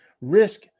risk